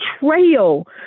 betrayal